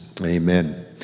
Amen